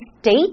state